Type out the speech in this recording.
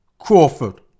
Crawford